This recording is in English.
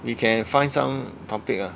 you can find some topic ah